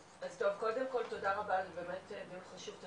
קודם כל תודה רבה, זה באמת מאוד חשוב.